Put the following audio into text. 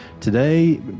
Today